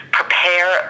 prepare